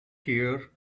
here